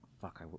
fuck